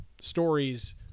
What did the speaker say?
stories